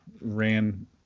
ran